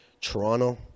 Toronto